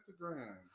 Instagram